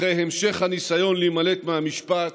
אחרי המשך הניסיון להימלט מהמשפט.